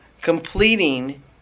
completing